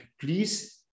please